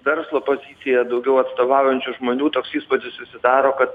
verslo poziciją daugiau atstovaujančių žmonių toks įspūdis susidaro kad